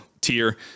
tier